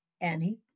Annie